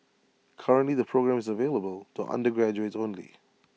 currently the programme is available to undergraduates only